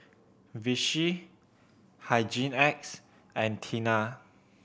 Vichy Hygin X and Tena